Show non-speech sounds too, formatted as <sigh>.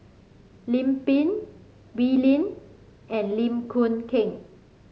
Lim Pin Wee Lin and Lim <unintelligible> Keng